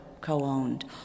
co-owned